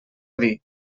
dir